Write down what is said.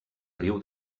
riu